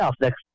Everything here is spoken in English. next